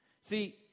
See